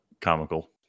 comical